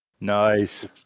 Nice